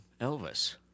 Elvis